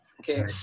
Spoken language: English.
Okay